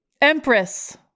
Empress